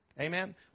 Amen